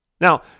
Now